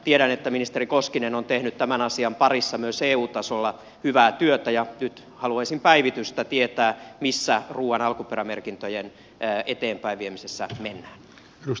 tiedän että ministeri koskinen on tehnyt tämän asian parissa myös eu tasolla hyvää työtä ja nyt haluaisin päivitystä tietää missä ruuan alkuperämerkintöjen eteenpäin viemisessä mennään